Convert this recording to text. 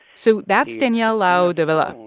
so that's daniel lao davila.